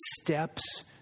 steps